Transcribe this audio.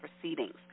proceedings